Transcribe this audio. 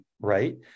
right